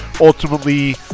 Ultimately